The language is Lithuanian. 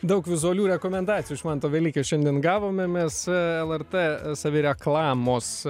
daug vizualių rekomendacijų iš manto velykio šiandien gavome mes lrt savireklamos